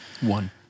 One